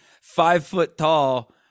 five-foot-tall